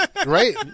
Right